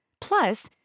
Plus